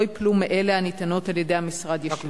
ייפלו מאלה שבתוכניות הניתנות על-ידי המשרד ישירות?